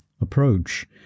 approach